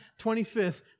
25th